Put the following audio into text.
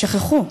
שכחו.